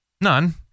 None